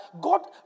God